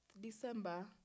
December